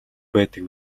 байдаг